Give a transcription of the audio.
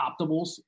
optimals